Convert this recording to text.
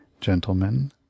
Gentlemen